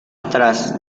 atrás